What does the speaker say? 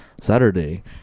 Saturday